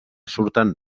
surten